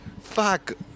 fuck